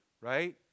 Right